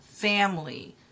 Family